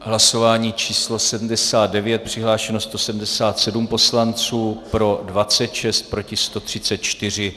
Hlasování číslo 79, přihlášeno 177 poslanců, pro 26, proti 134.